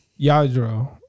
Yadro